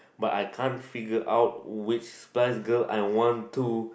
but I can't figure out which spice girl I want to